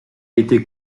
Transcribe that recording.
été